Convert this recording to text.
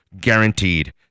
guaranteed